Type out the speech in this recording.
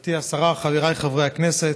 גברתי השרה, חבריי חברי הכנסת,